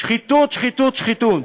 שחיתות, שחיתות, שחיתות.